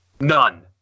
None